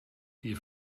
you